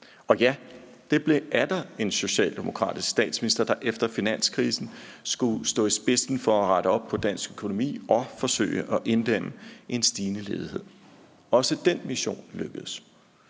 Ja, det blev atter en socialdemokratisk statsminister, der efter finanskrisen skulle stå i spidsen for at rette op på dansk økonomi og forsøge at inddæmme en stigende ledighed. Også den mission lykkedes.